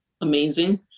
amazing